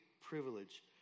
privilege